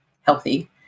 healthy